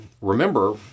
Remember